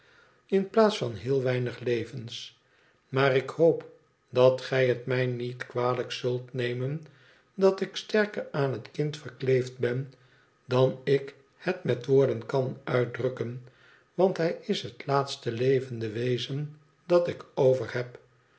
in plaats van heel weinig levens maar ik hoop dat gij het mij niet kwalijk zult nemen dat ik sterker aan het kind verkleefd ben dan ik het met woorden kan uitdrukken want hij is het laatste levende wezen dat ik overheb